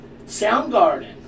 Soundgarden